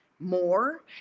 more